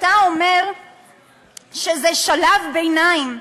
אתה אומר שזה שלב ביניים,